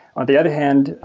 on the other hand,